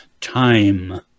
time